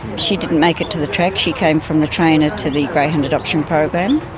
she didn't make it to the track she came from the trainer to the greyhound adoption program.